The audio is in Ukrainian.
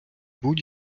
будь